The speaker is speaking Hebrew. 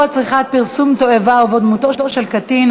צריכת פרסום תועבה ובו דמותו של קטין),